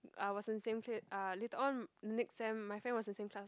uh was in same clique uh later on next sem my friend was in same class